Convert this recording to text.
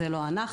זה לא אנחנו.